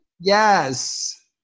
yes